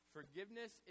Forgiveness